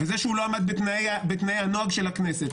וזה שהוא לא עמד בתנאי הנוהג של הכנסת,